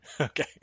Okay